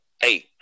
Hey